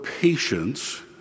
patience